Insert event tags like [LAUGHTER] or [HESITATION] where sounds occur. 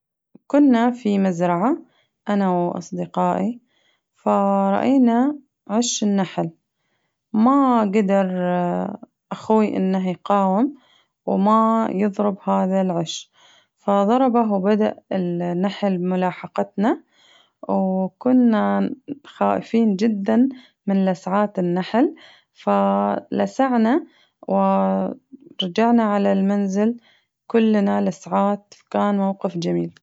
كنا في مزرعة أنا وأصدقائي فرأينا عش النحل ما قدر [HESITATION] أخوي إنه يقاوم وما يضرب هذا العش فضربه وبدأ النحل بملاحقتنا وكنا خائفين جداً من لسعات النحل فلسعنا ورجعنا على المنزل كلنا لسعات فكان موقف جميل.